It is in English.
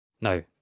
No